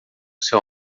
seu